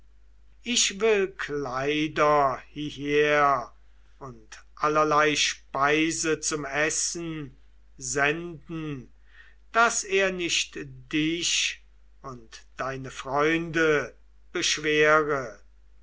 ich will kleider hieher und allerlei speise zum essen senden daß er nicht dich und deine freunde beschwere